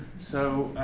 so,